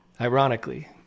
ironically